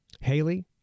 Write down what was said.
Haley